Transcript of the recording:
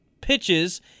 pitches